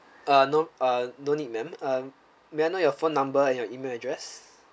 uh no uh no need ma'am uh may I know your phone number and your email address